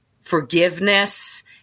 forgiveness